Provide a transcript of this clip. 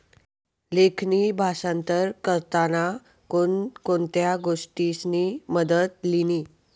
लेखणी भाषांतर करताना कोण कोणत्या गोष्टीसनी मदत लिनी